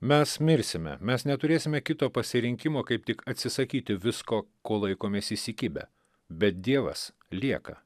mes mirsime mes neturėsime kito pasirinkimo kaip tik atsisakyti visko ko laikomės įsikibę bet dievas lieka